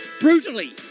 brutally